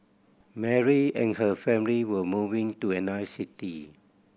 Mary and her family were moving to another city